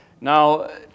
Now